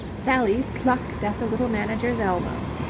sally plucked at the little manager's elbow.